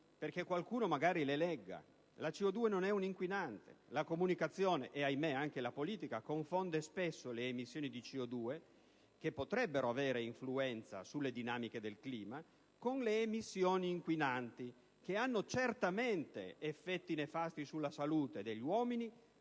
perché qualcuno magari le legga. La CO2 non è un inquinante. La comunicazione - e ahimè anche la politica - confonde spesso le emissioni di CO2, che potrebbero avere influenza sulle dinamiche del clima, con le emissioni inquinanti, che hanno certamente effetti nefasti sulla salute degli uomini,